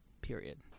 period